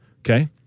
Okay